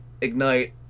ignite